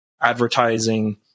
advertising